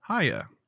hiya